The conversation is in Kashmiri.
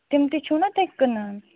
تِم تہِ چھو نا تُہۍ کٕنان